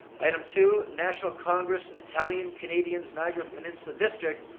item two, national congress italian canadians, niagara peninsula district,